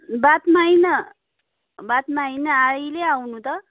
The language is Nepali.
बादमा होइन बादमा होइन अहिले आउनु त